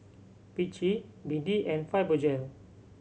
Vichy B D and Fibogel